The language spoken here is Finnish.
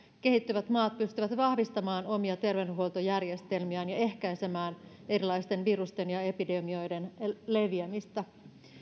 kehittyvät maat pystyvät vahvistamaan omia terveydenhuoltojärjestelmiään ja ehkäisemään erilaisten virusten ja ja epidemioiden leviämistä